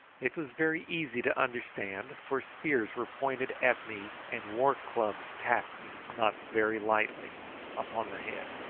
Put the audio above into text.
it was very easy to understand, for spears were pointed at me and war-clubs tapped me not very lightly upon the head.